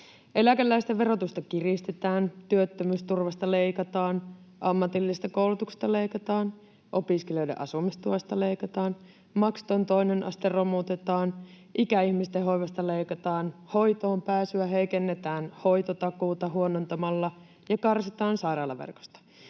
Eläkeläisten verotusta kiristetään. Työttömyysturvasta leikataan. Ammatillisesta koulutuksesta leikataan. Opiskelijoiden asumistuesta leikataan. Maksuton toinen aste romutetaan. Ikäihmisten hoivasta leikataan. Hoitoonpääsyä heikennetään hoitotakuuta huonontamalla ja karsitaan sairaalaverkosta.